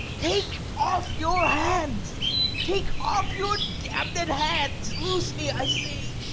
take off your hands take off your damned hands. loose me, i say!